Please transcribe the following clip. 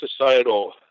societal